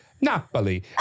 Napoli